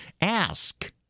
Ask